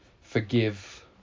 forgive